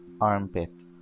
armpit